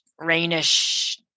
rainish